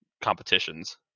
competitions